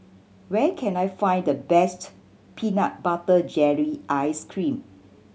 where can I find the best peanut butter jelly ice cream